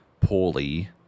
poorly